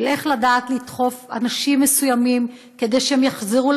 של איך לדעת לדחוף אנשים מסוימים כדי שהם יחזרו